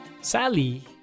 Sally